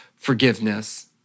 forgiveness